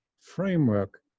framework